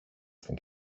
στην